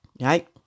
Right